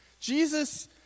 Jesus